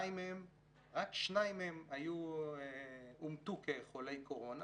רק שניים מהם אומתו כחולי קורונה.